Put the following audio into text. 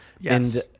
yes